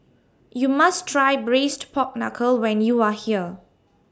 YOU must Try Braised Pork Knuckle when YOU Are here